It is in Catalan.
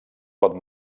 pot